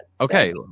Okay